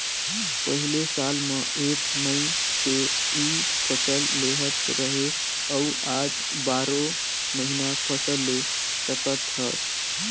पहिले साल म एक नइ ते इ फसल लेहत रहें अउ आज बारो महिना फसल ले सकत हस